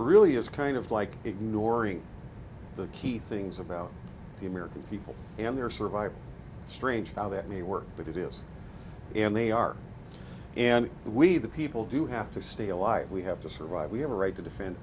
really is kind of like ignoring the key things about the american people and their survival strange how that may work but it is and they are and we the people do have to stay alive we have to survive we have a right to defend